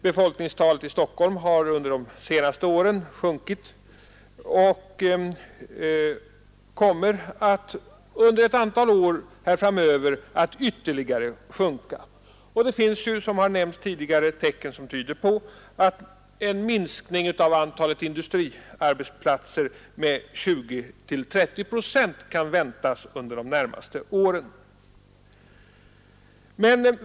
Befolkningstalet i Stockholm har under de senaste åren sjunkit och kommer under ett antal år framöver att ytterligare sjunka. Det finns, som nämnts tidigare, tecken som tyder på att en minskning av antalet industriarbetsplatser med 20—30 procent kan väntas under de närmaste åren.